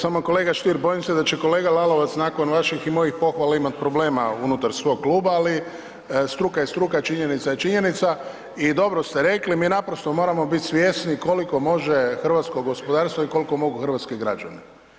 Samo kolega Stier bojim se da će kolega Lalovac nakon vaših i mojih pohvala imati problema unutar svog kluba, ali struka je struka, činjenica je činjenica i dobro ste rekli, mi naprosto moramo biti svjesni koliko može hrvatsko gospodarstvo i koliko mogu hrvatski građani.